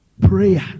prayer